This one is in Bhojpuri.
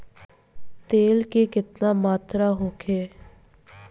तेल के केतना मात्रा होखे?